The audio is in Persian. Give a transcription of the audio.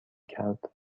کرد